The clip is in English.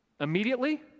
immediately